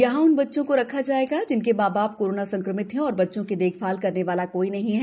यहाँ उन बच्चों को रखा जायेगा जिनके माँ बाप कोरोना संक्रमित है और बच्चों की देखभाल करने वाला कोई नहीं है